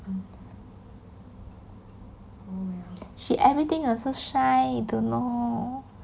she everything also shy don't know